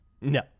No